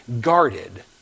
guarded